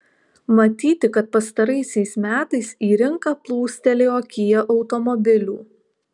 matyti kad pastaraisiais metais į rinką plūstelėjo kia automobilių